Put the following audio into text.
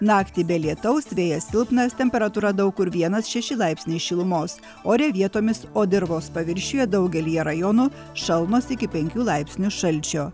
naktį be lietaus vėjas silpnas temperatūra daug kur vienas šeši laipsniai šilumos ore vietomis o dirvos paviršiuje daugelyje rajonų šalnos iki penkių laipsnių šalčio